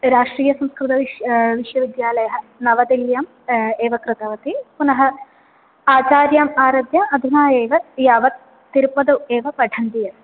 राष्ट्रीयसंस्कृतविश्व विश्वविद्यालयः नवदेहल्याम् एव कृतवती पुनः आचार्याम् आरभ्य अधुना एव यावत् तिरुपतौ एव पठन्ती अस्मि